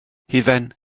hufen